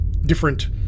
different